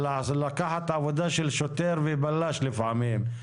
לקחת עבודה של שוטר ובלש לפעמים.